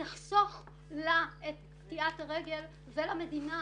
מה שיחסוך לה את קטיעת הרגל ויחסוך למדינה